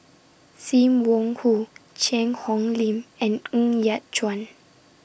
SIM Wong Hoo Cheang Hong Lim and Ng Yat Chuan